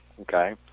Okay